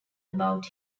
about